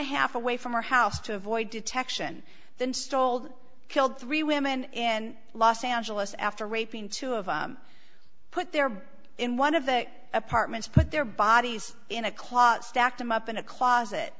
a half away from her house to avoid detection then stalled killed three women in los angeles after raping two of put their in one of the apartments put their bodies in a closet stacked them up in a closet